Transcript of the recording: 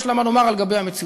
יש לה מה לומר על גבי המציאות.